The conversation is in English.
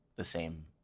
the same